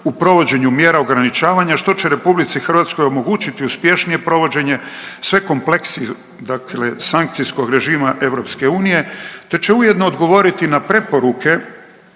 u provođenju mjera ograničavanja što će RH omogućiti uspješnije provođenje sve kompleksnijeg dakle sankcijskog režima EU te će ujedno odgovoriti na preporuke